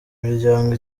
miryango